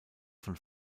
von